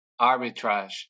arbitrage